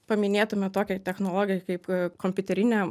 paminėtume tokią technologiją kaip kompiuterinę